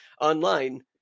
online